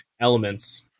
elements